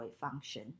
function